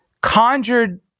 conjured